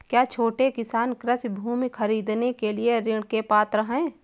क्या छोटे किसान कृषि भूमि खरीदने के लिए ऋण के पात्र हैं?